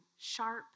sharp